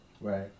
right